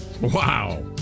Wow